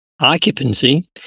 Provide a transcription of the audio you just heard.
occupancy